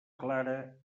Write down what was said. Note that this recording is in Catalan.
clara